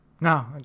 No